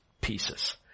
pieces